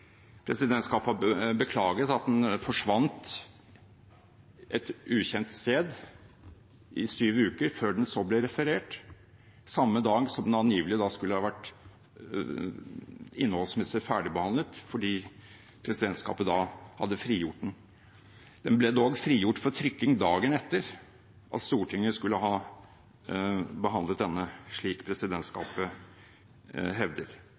Presidentskapet har beklaget at den forsvant til et ukjent sted i syv uker, før den så ble referert samme dag som den angivelig skulle ha vært innholdsmessig ferdigbehandlet, fordi presidentskapet da hadde frigjort den. Den ble dog frigjort for trykking dagen etter at Stortinget skulle ha behandlet den, slik presidentskapet hevder.